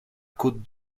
could